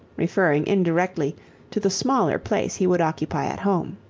referring indirectly to the smaller place he would occupy at home.